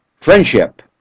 Friendship